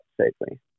safely